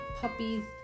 puppies